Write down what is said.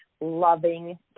loving